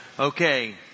Okay